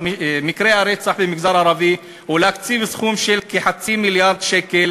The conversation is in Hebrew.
הטיפול הלא-הולם של המשטרה במקרי הרצח ואיסוף כלי הנשק,